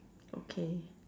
okay